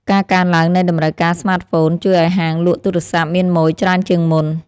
ការកើនឡើងនៃតម្រូវការស្មាតហ្វូន ជួយឱ្យហាងលក់ទូរសព្ទមានម៉ូយច្រើនជាងមុន។